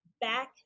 back